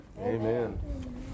Amen